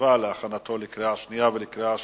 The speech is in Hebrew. הסביבה להכנתה לקריאה שנייה ולקריאה שלישית.